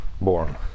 born